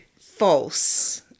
false